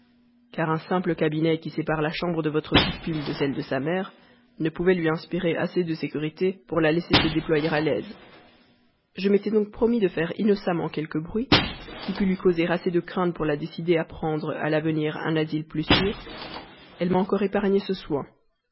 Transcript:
car un simple cabinet qui sépare la chambre de votre pupille de celle de sa mère ne pouvait lui inspirer assez de sécurité pour la laisser se déployer à l'aise je m'étais donc promis de faire innocemment quelque bruit qui pût lui causer assez de crainte pour la décider à prendre à l'avenir un asile plus sûr elle m'a encore épargné ce soin